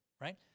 Right